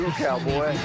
cowboy